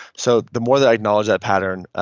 so the more that i acknowledge that pattern,